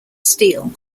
steel